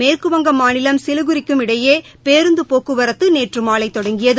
மேற்குவங்க மாநிலம் சிலிகுரிக்கும் இடையே பேருந்து போக்குவரத்து நேற்று மாலை தொடங்கியது